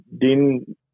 DIN